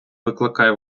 викликає